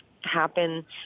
happen